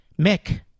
Mick